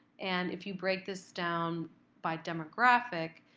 and if you break this down by demographic,